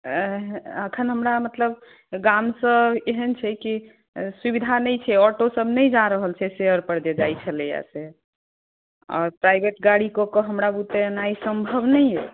अंह एखन हमरा मतलब गाम सॅं एहन छै कि सुविधा नहि छै ऑटो सब नहि जा रहल छै फेयर पर जाई छलै से आ प्रायवेट गाड़ी कऽ कय हमरा बुते नहि संभव नहि अय